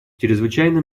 чрезвычайно